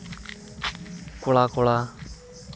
ᱠᱚᱲᱟ ᱠᱚᱲᱟ